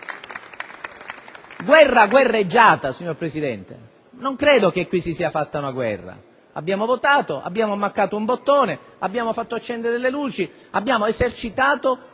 guerra guerreggiata, signor Presidente. Non credo che qui si sia fatta una guerra. Abbiamo votato, abbiamo premuto un pulsante, abbiamo fatto accendere le luci, abbiamo esercitato